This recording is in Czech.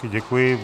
Děkuji.